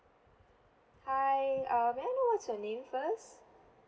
hi uh may I know what's your name first